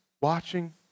watching